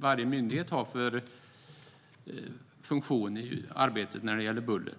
varje myndighet har för funktion i arbetet när det gäller buller.